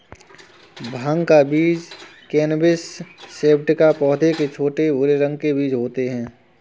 भाँग का बीज कैनबिस सैटिवा पौधे के छोटे, भूरे रंग के बीज होते है